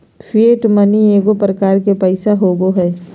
fiat money एगो प्रकार के पैसा होबो हइ